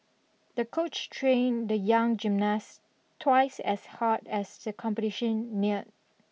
the coach trained the young gymnast twice as hard as the competition neared